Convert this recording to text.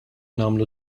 nagħmlu